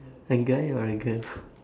a guy or a girl